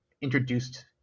introduced